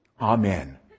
Amen